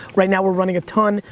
right now we're running a ton.